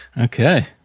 Okay